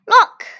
Look